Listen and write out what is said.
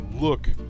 look